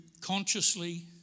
consciously